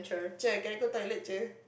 Cher can I go toilet Cher